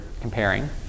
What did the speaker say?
comparing